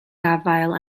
gafael